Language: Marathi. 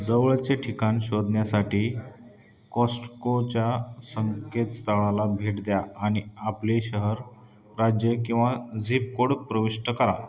जवळचे ठिकाण शोधण्यासाठी कॉस्टकोच्या संकेतस्थळाला भेट द्या आणि आपले शहर राज्य किंवा झिप कोड प्रविष्ट करा